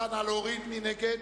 מי נגד?